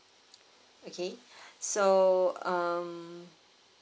okay so um